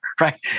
right